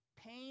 pain